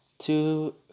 two